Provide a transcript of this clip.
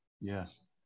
Yes